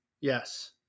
Yes